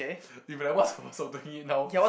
you'll be like what's talking it now